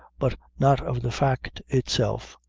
but not of the fact itself,